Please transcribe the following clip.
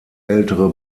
ältere